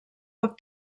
poc